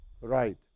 right